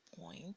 point